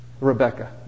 Rebecca